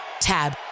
TAB